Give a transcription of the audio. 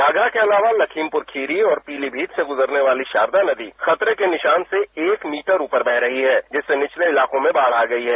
घाघरा के अलावा लखीमपुर खीरी और पीलीभीत से गुजरने वाली शारदा नदी खतरे के निशान से एक मीटर ऊपर बह रही है जिससे निचले इलाकों में बाढ़ आ गई है